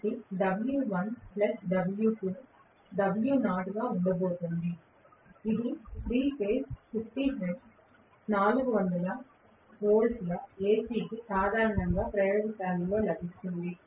కాబట్టి W1 W2 W0 గా ఉండబోతోంది ఇది 3 దశ 50 హెర్ట్జ్ 400 వోల్ట్ల ఎసి సాధారణంగా ప్రయోగశాలలో లభిస్తుంది